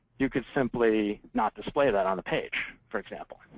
you could simply not display that on the page, for example.